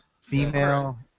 Female